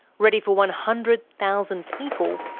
ready for one hundred thousand people.